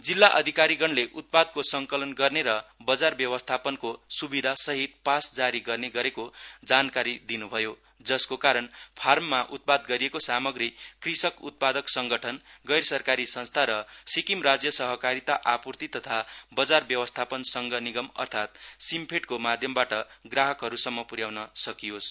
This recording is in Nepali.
जिल्ला अधिकारीगणले उत्पादको संकलन गर्ने र बजार व्यवस्थापनको स्विधासहित पास जारी गर्ने गरेको जानकारी दिन्भयो जसको कारण फार्ममा उत्पाद गरिएको सामाग्री कृषक उत्पादक संगठन गैर सरकारी संस्था र सिक्किम राज्य सहकारिता आपूर्ति तथा बजार व्यवस्थापन संघ निगम अर्थात् सिमफेडको माध्यमबाट ग्राहकहरूसम्म प्र्याउन सकियोस्